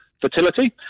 fertility